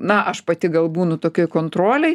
na aš pati galbūt tokioj kontrolėj